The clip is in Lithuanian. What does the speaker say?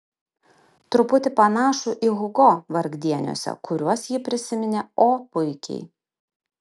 truputį panašų į hugo vargdieniuose kuriuos ji prisiminė o puikiai